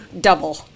double